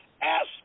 Ask